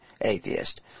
atheist